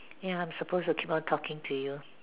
ya I'm supposed to keep on talking to you